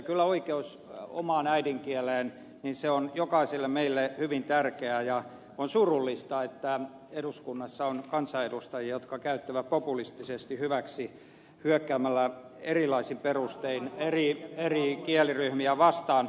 kyllä oikeus omaan äidinkieleen on jokaiselle meille hyvin tärkeä ja on surullista että eduskunnassa on kansanedustajia jotka käyttävät populistismia hyväksi hyökkäämällä erilaisin perustein eri kieliryhmiä vastaan